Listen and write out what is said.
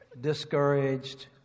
discouraged